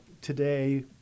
today